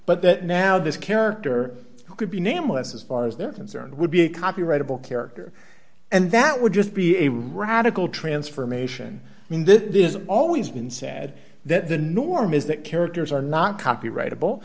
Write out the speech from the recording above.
but that now this character could be nameless as far as they're concerned would be a copyrightable character and that would just be a radical transformation in that is always been said that the norm is that characters are not copyright